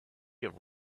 have